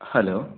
hello